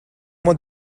mois